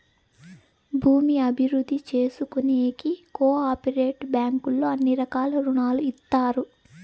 భూమి అభివృద్ధి చేసుకోనీకి కో ఆపరేటివ్ బ్యాంకుల్లో అన్ని రకాల రుణాలు ఇత్తారు